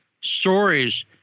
stories